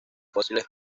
fósiles